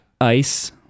ice